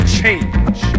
change